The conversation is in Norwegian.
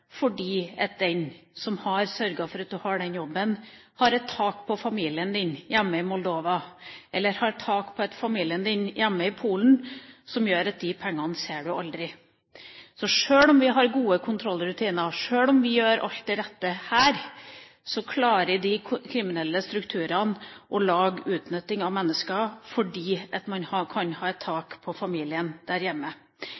fordi den som har sørget for at du har denne jobben, har et tak på familien din hjemme i Moldova eller hjemme i Polen. Det gjør at de pengene ser du aldri. Så sjøl om vi har gode kontrollrutiner, og sjøl om vi gjør alt det rette her, klarer de kriminelle strukturene å utnytte mennesker fordi de kan ha et